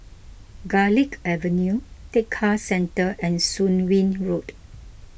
Garlick Avenue Tekka Centre and Soon Wing Road